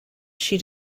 she